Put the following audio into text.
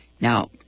Now